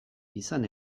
izan